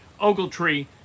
Ogletree